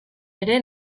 ere